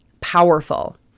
powerful